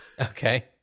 okay